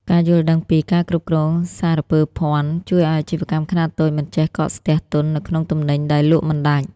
ការយល់ដឹងពី "ការគ្រប់គ្រងសារពើភ័ណ្ឌ" ជួយឱ្យអាជីវកម្មខ្នាតតូចមិនឱ្យកកស្ទះទុននៅក្នុងទំនិញដែលលក់មិនដាច់។